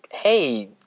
hey